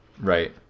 Right